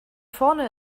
vorne